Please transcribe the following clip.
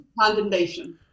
condemnation